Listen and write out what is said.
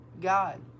God